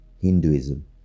Hinduism